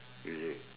you see